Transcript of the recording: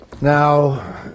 Now